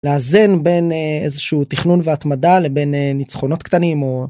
לאזן בין איזה שהוא תכנון והתמדה לבין ניצחונות קטנים.